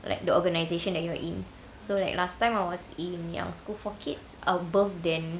like the organisation that you are in so like last time I was in young school for kids above then